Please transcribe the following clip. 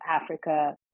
Africa